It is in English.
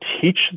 teach